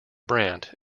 brant